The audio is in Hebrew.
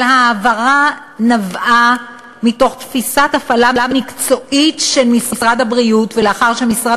ההעברה נבעה מתפיסת הפעלה מקצועית של משרד הבריאות ולאחר שמשרד